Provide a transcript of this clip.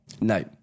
No